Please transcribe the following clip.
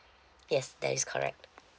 yes that is correct